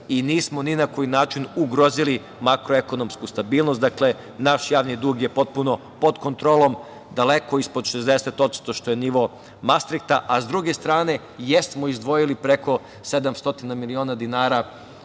i nismo ni na koji način ugrozili makroekonomsku stabilnost. Dakle, naš javni dug je potpuno pod kontrolom, daleko ispod 60%, što je nivo Mastrihta. Sa druge strane, jesmo izdvojili preko 700 miliona dinara